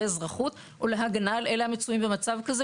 אזרחות או להגנה על אלה המצויים במצב כזה,